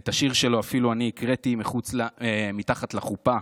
את השיר שלו אני אפילו הקראתי מתחת לחופה,